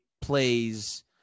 plays –